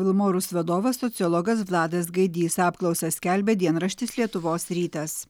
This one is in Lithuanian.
vilmorus vadovas sociologas vladas gaidys apklausą skelbia dienraštis lietuvos rytas